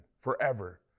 Forever